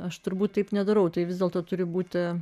aš turbūt taip nedarau tai vis dėlto turi būti